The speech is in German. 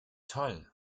toll